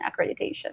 accreditation